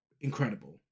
incredible